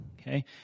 okay